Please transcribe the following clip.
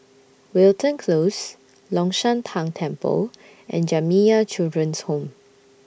Wilton Close Long Shan Tang Temple and Jamiyah Children's Home